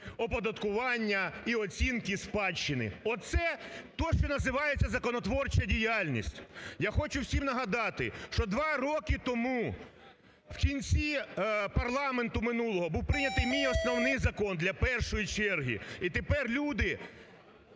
оподаткування і оцінки спадщини. Оце те, що називається "законотворча діяльність". Я хочу всім нагадати, що два роки тому, в кінці парламенту минулого, був прийнятий мій основний закон для першої черги. І тепер люди